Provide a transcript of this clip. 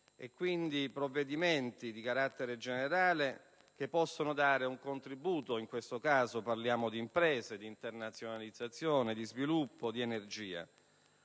e quindi provvedimenti di carattere generale che possono dare un contributo. In questo caso parliamo di imprese, di internazionalizzazione, di sviluppo e di energia.